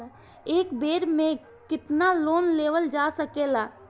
एक बेर में केतना लोन लेवल जा सकेला?